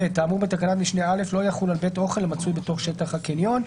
האמור בתקנת משנה (א) לא יחול על בית אוכל המצוי בתוך שטח הקניון.